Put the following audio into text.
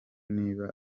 niba